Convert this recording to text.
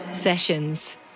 sessions